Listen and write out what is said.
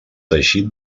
teixit